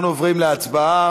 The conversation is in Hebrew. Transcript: אנחנו עוברים להצבעה,